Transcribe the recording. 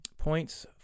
Points